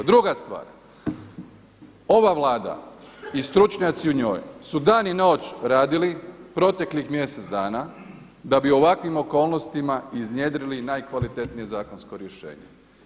Druga stvar, ova Vlada i stručnjaci u njoj su dan i noć radili proteklih mjesec dana da bi u ovakvim okolnostima iznjedrili najkvalitetnije zakonsko rješenje.